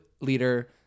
leader